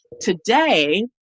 today